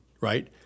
right